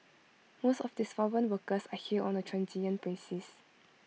most of these foreign workers are here on A transient basis